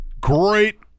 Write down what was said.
Great